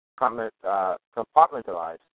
compartmentalized